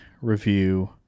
review